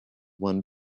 won